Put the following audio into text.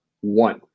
One